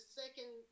second